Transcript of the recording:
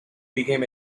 became